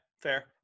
Fair